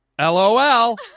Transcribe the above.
LOL